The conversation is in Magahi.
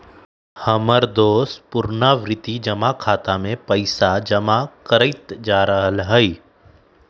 हमर दोस पुरनावृति जमा खता में पइसा जमा करइते जा रहल हइ